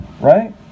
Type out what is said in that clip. right